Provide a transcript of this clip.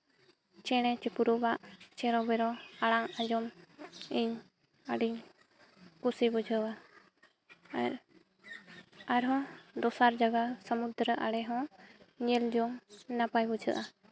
ᱪᱮᱬᱮ ᱪᱤᱯᱨᱩ ᱨᱟᱜᱽ ᱪᱮᱨᱚᱼᱵᱮᱨᱚ ᱟᱲᱟᱝ ᱟᱡᱚᱢ ᱤᱧ ᱟᱹᱰᱤ ᱠᱩᱥᱤ ᱵᱩᱡᱷᱟᱹᱣᱟ ᱟᱨ ᱟᱨᱦᱚᱸ ᱫᱚᱥᱟᱨ ᱡᱟᱭᱜᱟ ᱥᱚᱢᱩᱫᱨᱚ ᱟᱬᱮ ᱦᱚᱸ ᱧᱮᱞ ᱡᱚᱝ ᱱᱟᱯᱟᱭ ᱵᱩᱡᱷᱟᱹᱜᱼᱟ